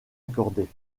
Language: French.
accordée